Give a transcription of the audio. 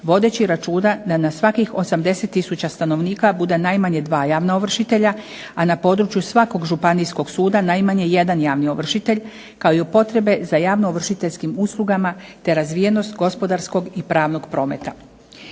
vodeći računa da na svakih 80 tisuća stanovnika bude najmanje 2 javna ovršitelja, a na području svakog županijskog suda najmanje 1 javni ovršitelj kao i u potrebe za javno ovršiteljskim uslugama te razvijenost gospodarskog i pravnog prometa.